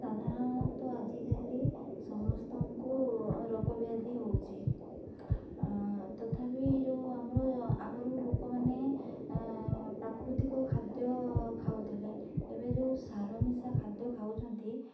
ସାଧାରଣତଃ ଆଜିକାଲି ସମସ୍ତଙ୍କୁ ରୋଗ ବ୍ୟାଧି ହେଉଛି ତଥାପି ଯେଉଁ ଆମର ଆଗରୁ ଲୋକମାନେ ପ୍ରାକୃତିକ ଖାଦ୍ୟ ଖାଉଥିଲେ ଏବେ ଯେଉଁ ସାର ମିଶା ଖାଦ୍ୟ ଖାଉଛନ୍ତି